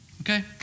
Okay